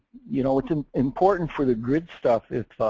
you know, it's and important for the grid stuff if,